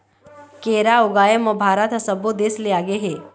केरा ऊगाए म भारत ह सब्बो देस ले आगे हे